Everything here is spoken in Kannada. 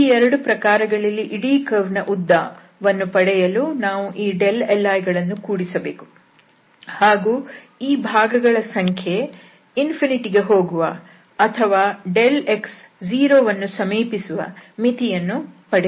ಈ ಎರಡು ಪ್ರಕಾರಗಳಲ್ಲಿ ಇಡೀ ಕರ್ವ್ನ ಉದ್ದ ವನ್ನು ಪಡೆಯಲು ನಾವು ಈ liಗಳನ್ನು ಕೂಡಿಸಬೇಕು ಹಾಗೂ ಈ ಭಾಗಗಳ ಸಂಖ್ಯೆ ಅನಂತ ಕ್ಕೆ ಹೋಗುವ ಅಥವಾ x 0 ವನ್ನು ಸಮೀಪಿಸುವ ಮಿತಿಯನ್ನು ಪಡೆಯಬೇಕು